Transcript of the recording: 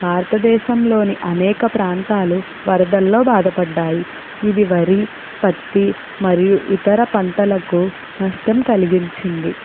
భారత దేశంలోని అనేక ప్రాంతాలు వరదల్లో బాధపడ్డాయి ఇది వరి పత్తి మరియు ఇతర పంటలకు నష్టం కలిగించింది కరువు